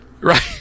Right